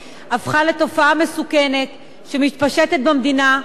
כהגדרתם בחוק למניעת הסתננות, ללון במדינה.